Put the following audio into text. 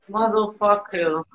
Motherfucker